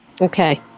Okay